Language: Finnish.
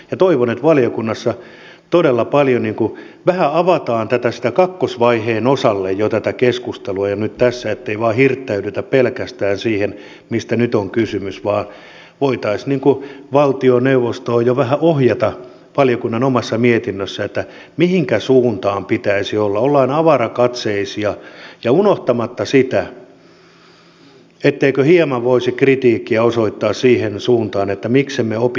toivon että valiokunnassa todella avataan tämän kakkosvaiheen osalle vähän tätä keskustelua jo nyt ettei vain hirttäydytä pelkästään siihen mistä nyt on kysymys vaan voitaisiin valtioneuvostoon jo vähän ohjata valiokunnan omassa mietinnössä mihinkä suuntaan pitäisi olla ollaan avarakatseisia unohtamatta sitä etteikö hieman voisi kritiikkiä osoittaa siihen suuntaan että miksemme opi historiasta